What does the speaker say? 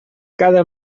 cada